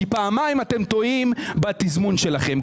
כי פעמיים אתם טועים בתזמון שלכם.